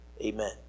Amen